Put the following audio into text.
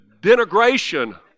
denigration